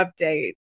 update